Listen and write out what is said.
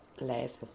Last